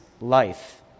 life